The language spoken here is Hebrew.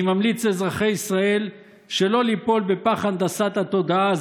אני ממליץ לאזרחי ישראל שלא ליפול בפח הנדסת התודעה